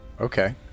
Okay